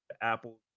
Apple